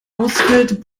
ausfällt